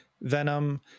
venom